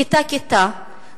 כיתה-כיתה,